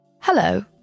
Hello